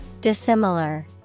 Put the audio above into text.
Dissimilar